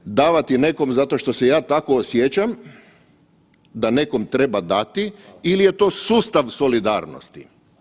Jel to davati nekome zato što se ja tako osjećam da nekom treba dati ili je to sustav solidarnosti.